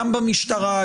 גם במשטרה,